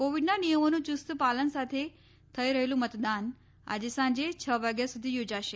કોવિડના નિયમોના ચૂસ્ત પાલન સાથે થઈ રહેલું મતદાન આજે સાંજે છ વાગ્યા સુધી યોજાશે